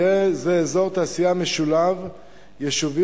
יהיה זה אזור תעשייה משולב יישובים,